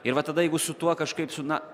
ir va tada jeigu su tuo kažkaip su na